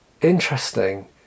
interesting